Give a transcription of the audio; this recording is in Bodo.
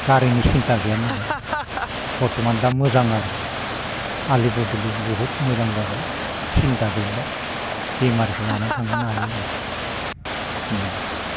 गारिनि सिन्था गैयानालाय बर्थमान दा मोजां आरो आलि बदलि बहुद मोजां जाबाय सिन्था गैला बेमारिखो लानानै थांनो हायो आरो बेखिनियानो